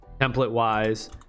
template-wise